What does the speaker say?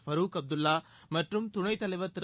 ஃபரூக் அப்துல்லா மற்றும் துணைத் தலைவர் திரு